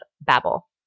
Babel